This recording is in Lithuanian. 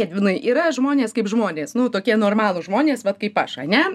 edvinai yra žmonės kaip žmonės nu tokie normalūs žmonės vat kaip aš ane